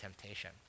temptation